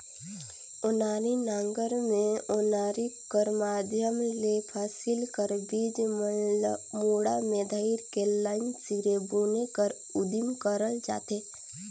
ओनारी नांगर मे ओनारी कर माध्यम ले फसिल कर बीज मन ल मुठा मे धइर के लाईन सिरे बुने कर उदिम करल जाथे